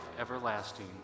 everlasting